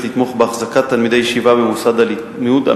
לתמוך בהחזקת תלמידי ישיבה במוסד הלימוד,